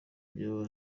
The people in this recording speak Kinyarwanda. byaba